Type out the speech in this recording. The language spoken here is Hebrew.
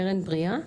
"קרן בריאה".